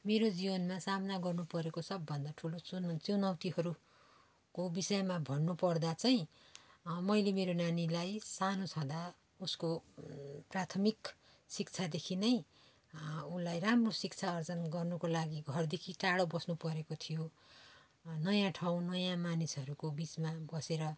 मेरो जीवनमा सामना गर्नु परेको सबभन्दा ठुलो चुनौ चुनौतीहरू को विषयमा भन्नु पर्दा चाहिँ मैले मेरो नानीलाई सानो छँदा उसको प्राथमिक शिक्षादेखि नै उसलाई राम्रो शिक्षा आर्जन गर्नुको लागि घरदेखि टाढो बस्नु परेको थियो नयाँ ठाउँ नयाँ मानिसहरूको बिचमा बसेर